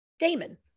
Damon